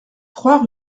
trois